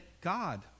God